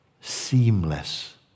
seamless